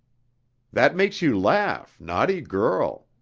that makes you laugh, naughty girl!